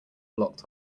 blocked